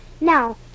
Now